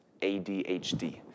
ADHD